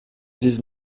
dix